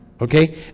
Okay